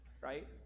Right